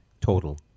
total